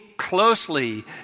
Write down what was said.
Closely